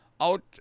out